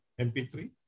MP3